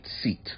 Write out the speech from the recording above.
seat